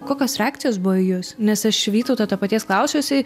kokios reakcijos buvo į jus nes aš vytauto to paties klausiau jisai